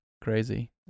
Crazy